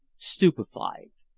stupefied.